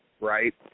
right